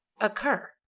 occur